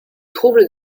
troubles